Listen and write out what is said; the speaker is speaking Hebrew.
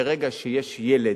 ברגע שיש ילד,